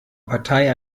partei